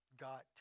God